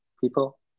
people